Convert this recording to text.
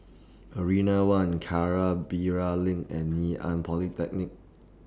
Marina one LINK and Ngee Ann Polytechnic